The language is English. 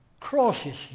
crosses